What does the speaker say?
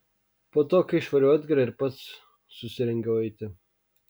po to kai išvariau edgarą ir pats susirengiau eiti